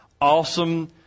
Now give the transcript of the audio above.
awesome